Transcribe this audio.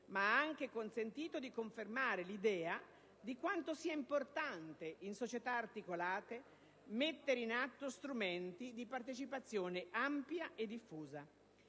ma ha anche consentito di confermare l'idea di quanto sia importante, in società articolate, mettere in atto strumenti di partecipazione ampia e diffusa.